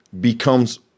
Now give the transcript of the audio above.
becomes